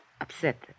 Upset